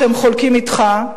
שהם חולקים אתך.